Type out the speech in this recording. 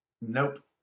Nope